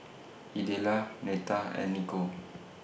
Idella Neta and Niko